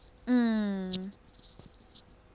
mm